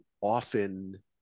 often